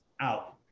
out